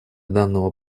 данного